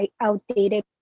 outdated